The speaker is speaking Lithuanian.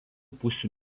pusių